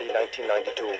1992